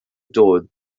dod